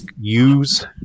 use